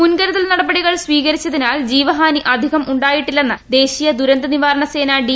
മുൻകരുതൽ നടപടികൾ സ്വീകരിച്ചതിനാൽ ജീവഹാനി അധികം ഉണ്ടായിട്ടില്ലെന്ന് ദേശീയ ദുരന്തനിവാരണ സേന ഡി